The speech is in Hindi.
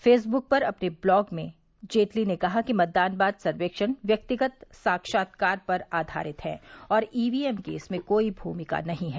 फेसबुक पर अपने ब्लॉग में जेटली ने कहा कि मतदान बाद सर्वेक्षण व्यक्तिगत साक्षात्कार पर आधारित हैं और ईवीएम की इसमें कोई भूमिका नहीं है